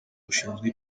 rushinzwe